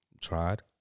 Tried